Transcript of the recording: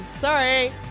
Sorry